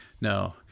no